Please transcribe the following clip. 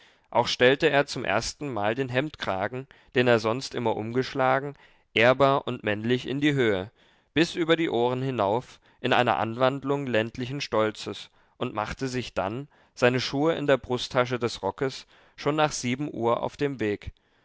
auch stellte er zum erstenmal den hemdkragen den er sonst immer umgeschlagen ehrbar und männlich in die höhe bis über die ohren hinauf in einer anwandlung ländlichen stolzes und machte sich dann seine schuhe in der brusttasche des rockes schon nach sieben uhr auf den weg